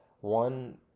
One